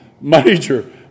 Major